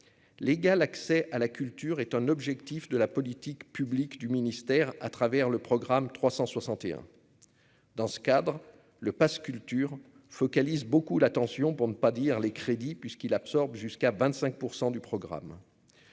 l'égal accès à la culture est un objectif de la politique publique du ministère à travers le programme 361 dans ce cadre, le passe culture focalise beaucoup l'attention pour ne pas dire les crédits puisqu'il absorbe jusqu'à 25 pour 100 du programme.